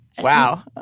Wow